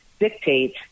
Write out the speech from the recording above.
dictate